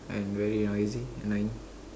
are very noisy annoying